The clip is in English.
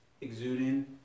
exuding